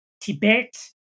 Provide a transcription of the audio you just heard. Tibet